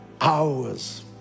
Hours